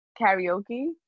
karaoke